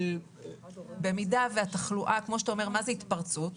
מה זאת התפרצות?